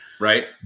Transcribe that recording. Right